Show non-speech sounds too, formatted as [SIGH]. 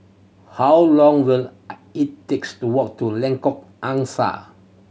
how long will [NOISE] it takes to walk to Lengkok Angsa